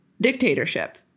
dictatorship